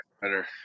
better